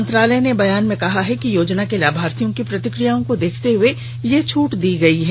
मंत्रालय ने बयान में कहा कि योजना के लाभार्थियों की प्रतिक्रियाओं को देखते हुए यह छूट दी गई है